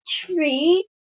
tree